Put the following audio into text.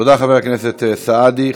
תודה, חבר הכנסת סעדי.